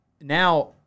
now